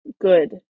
good